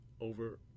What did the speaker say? over